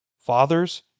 Fathers